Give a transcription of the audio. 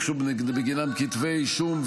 הוגשו בגינן כתבי אישום,